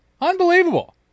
Unbelievable